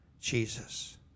Jesus